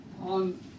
On